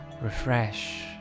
refresh